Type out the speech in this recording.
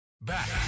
Back